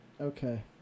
Okay